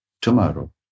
tomorrow